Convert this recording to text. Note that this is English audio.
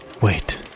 Wait